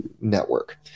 network